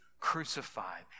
crucified